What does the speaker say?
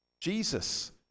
Jesus